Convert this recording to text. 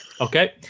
Okay